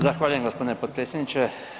Zahvaljujem gospodine potpredsjedniče.